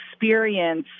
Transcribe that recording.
experience